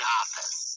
office